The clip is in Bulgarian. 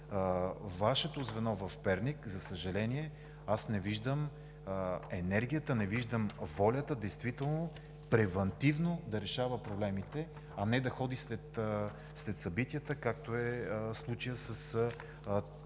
Вашето звено в Перник, за съжаление, не виждам енергия, не виждам воля действително превантивно да решава проблемите, а не да ходи след събитията, какъвто е случаят с този